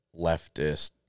leftist